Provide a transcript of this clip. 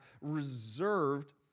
reserved